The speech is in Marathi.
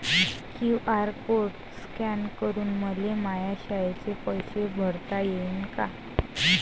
क्यू.आर कोड स्कॅन करून मले माया शाळेचे पैसे भरता येईन का?